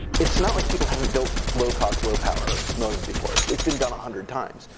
it's not like people haven't built low-cost, low power modems before. it's been done a hundred times.